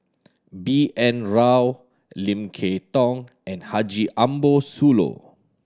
B N Rao Lim Kay Tong and Haji Ambo Sooloh